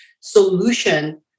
solution